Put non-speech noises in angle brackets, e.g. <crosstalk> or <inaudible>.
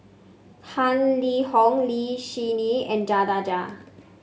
Tang Liang Hong Lee Yi Shyan and <unintelligible>